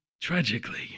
tragically